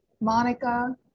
Monica